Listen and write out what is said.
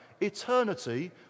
eternity